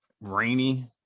Rainy